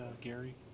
Gary